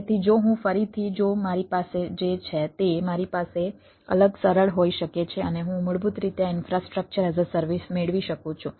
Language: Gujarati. તેથી જો હું ફરીથી જો મારી પાસે જે છે તે મારી પાસે અલગ સરળ હોઈ શકે છે અને હું મૂળભૂત રીતે આ ઈન્ફ્રાસ્ટ્રક્ચર એઝ અ સર્વિસ મેળવી શકું છું